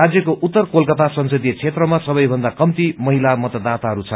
राष्यको उत्तर कलकता संसदीय क्षेत्रमा सबैभन्दा कम्ती महिला मतदाताहरू रहेका छन्